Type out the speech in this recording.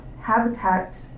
habitat